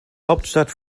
hauptstadt